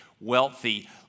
wealthy